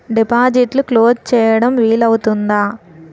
డిపాజిట్లు క్లోజ్ చేయడం వీలు అవుతుందా?